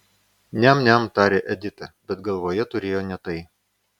niam niam tarė edita bet galvoje turėjo ne tai